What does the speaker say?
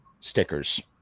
Stickers